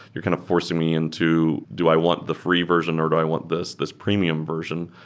you're kind of forcing me into do i want the free version or do i want this this premium version.